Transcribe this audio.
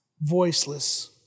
voiceless